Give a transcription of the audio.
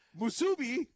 Musubi